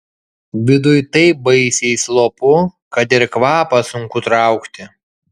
viduj taip baisiai slopu kad ir kvapą sunku traukti